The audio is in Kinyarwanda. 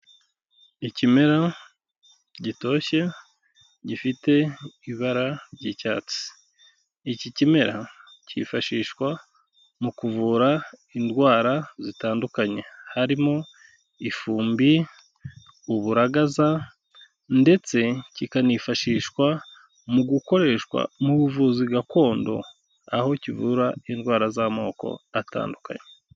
Ikimera gitoshye, gifite ibara ry'icyatsi, iki kimera cyifashishwa mu kuvura indwara zitandukanye harimo ifumbi, uburagaza ndetse kikanifashishwa mu gukoreshwa mu buvuzi gakondo, aho kivura indwara z'amoko atandukanye.